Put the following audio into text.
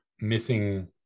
missing